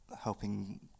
helping